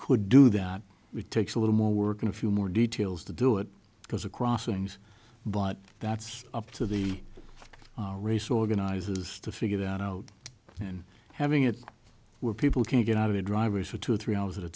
could do that it takes a little more work in a few more details to do it because of crossings but that's up to the race organizers to figure that out and having it were people can get out of the drivers for two or three hours at a